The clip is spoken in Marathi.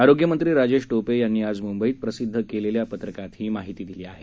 आरोग्यमंत्री राजेश टोपे यांनी आज मुंबईत प्रसिद्ध केलेल्या पत्रकात ही माहिती दिली आहे